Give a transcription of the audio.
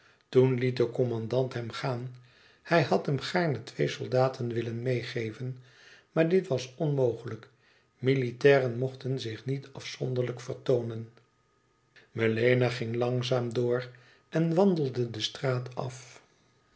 liet de commandant hem gaan hij had hem gaarne twee soldaten willen meêgeven maar dit was onmogelijk militairen mochten zich niet afgezonderd vertoonen melena ging langzaam door en wandelde de straat af